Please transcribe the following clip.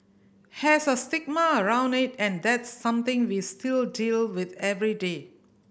has a stigma around it and that's something we still deal with every day